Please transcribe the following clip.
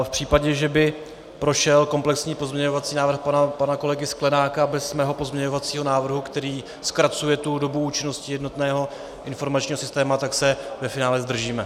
V případě, že by prošel komplexní pozměňovací návrh pana kolegy Sklenáka bez mého pozměňovacího návrhu, který zkracuje dobu účinnosti jednotného informačního systému, tak se ve finále zdržím.